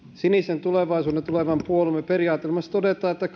sinisen tulevaisuuden tulevan puolueemme periaateohjelmassa todetaan että